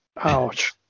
Ouch